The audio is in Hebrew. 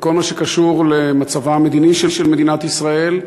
מכל מה שקשור למצבה המדיני של מדינת ישראל,